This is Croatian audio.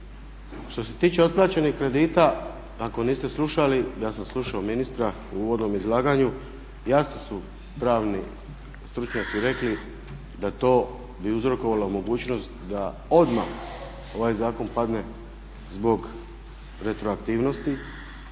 Što se tiče otplaćenih kredita, ako niste slušali ja sam slušao ministra u uvodnom izlaganju, jasno su pravni stručnjaci rekli da to bi uzrokovalo mogućnost da odmah ovaj zakon padne zbog retroaktivnosti,